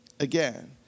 again